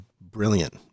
brilliant